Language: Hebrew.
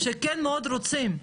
שכן מאוד רוצים,